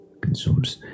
Consumes